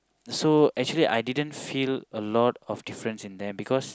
so actually I didn't feel a lot of difference in them because